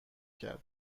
کرد